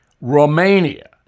Romania